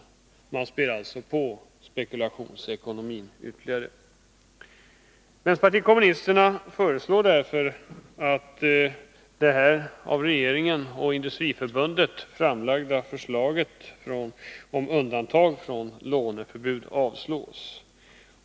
Man spär alltså på spekulationsekonomin ytterligare. Vänsterpartiet kommunisterna föreslår därför att det av regeringen och Industriförbundet framlagda förslaget om undantag från låneförbudet avslås.